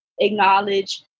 acknowledge